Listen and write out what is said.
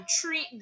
treat